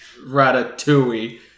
Ratatouille